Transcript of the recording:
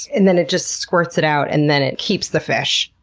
and then it just squirts it out, and then it keeps the fish.